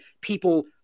people